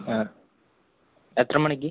ആ എത്ര മണിക്ക്